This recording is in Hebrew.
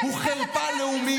חברי הכנסת, תודה.